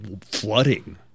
Flooding